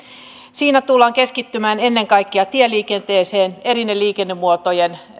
siinä tullaan keskittymään ennen kaikkea tieliikenteeseen eri liikennemuotojen